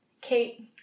Kate